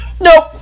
Nope